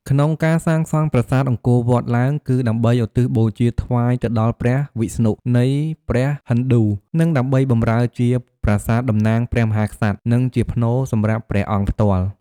ក្នុងការសាងសង់ប្រាសាទអង្គរវត្តឡើង គឺដើម្បីឧទ្ទិសបូជាថ្វាយទៅដល់ព្រះវិស្ណុនៃព្រះហិណ្ឌូ និងដើម្បីបម្រើជាប្រាសាទតំណាងព្រះមហាក្សត្រ និងជាផ្នូរសម្រាប់ព្រះអង្គផ្ទាល់។